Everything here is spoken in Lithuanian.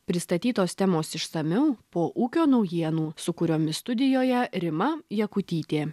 pristatytos temos išsamiau po ūkio naujienų su kuriomis studijoje rima jakutytė